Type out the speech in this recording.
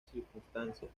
circunstancias